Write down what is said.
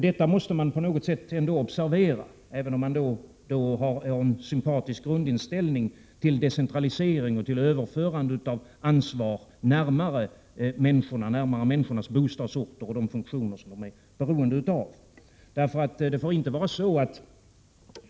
Detta måste man på något sätt observera, även om man har en sympatisk grundinställning till decentralisering och till överförande av ansvar närmare människorna, närmare människornas bostadsorter och de funktioner som de är beroende av.